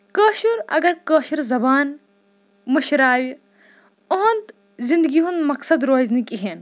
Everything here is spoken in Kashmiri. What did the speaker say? کٲشُر اَگر کٲشِر زَبان مٔشراوِ أہُند زندگی ہُند مَقصد روزِ نہٕ کِہیٖنۍ